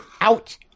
out